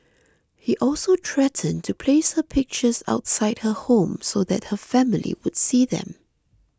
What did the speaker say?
he also threatened to place her pictures outside her home so that her family would see them